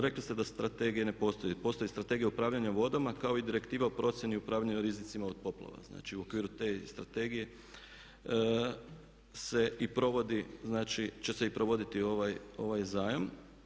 Rekli ste da strategije ne postoji, postoji strategija upravljanja vodama kao i direktiva o procjeni upravljanja rizicima od poplava, znači u okviru te strategije se i provodi će se provoditi ovaj zajam.